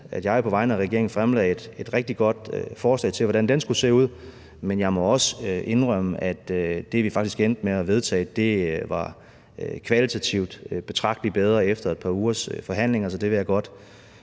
jeg på vegne af regeringen, synes jeg jo selv, et rigtig godt forslag til, hvordan den skulle se ud, men jeg må også indrømme, at det, vi faktisk endte med at vedtage, var kvalitativt betragtelig bedre efter et par ugers forhandlinger. Så jeg vil godt